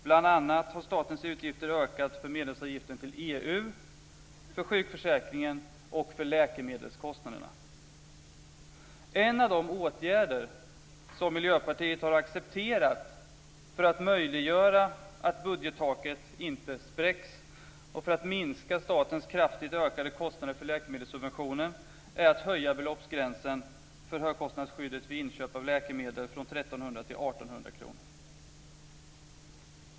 Bl.a. har statens utgifter ökat för medlemsavgiften till EU, för sjukförsäkringen och för läkemedelskostnaderna. En av de åtgärder som Miljöpartiet har accepterat för att möjliggöra att budgettaket inte spräcks och för att minska statens kraftigt ökade kostnader för läkemedelssubventionen är en höjning av beloppsgränsen för högkostnadsskyddet vid inköp av läkemedel från 1 300 kr till 1 800 kr.